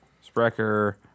Sprecher